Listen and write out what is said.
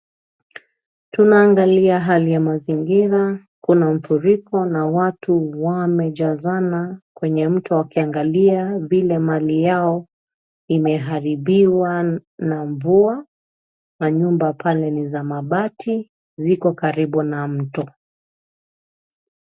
Tuna angalia hali ya mazingira, kuna mfuriko la watu wamejazana kwenye mto wakiangalia vile mali yao imeharibiwa na mvua na nyumba pale ni za mabati ziko karibu na mto.